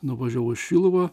nuvažiavau į šiluvą